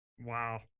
Wow